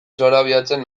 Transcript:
zorabiatzen